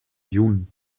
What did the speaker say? jun